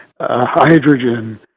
Hydrogen